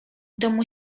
domu